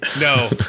No